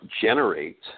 generate